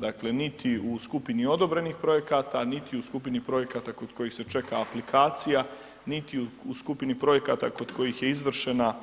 Dakle, niti u skupini odobrenih projekata, niti u skupini projekata kod kojih se čeka aplikacija, niti u skupini projekata kod kojih je izvršena